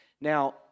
Now